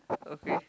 okay